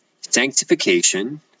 Sanctification